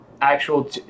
actual